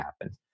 happen